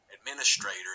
administrator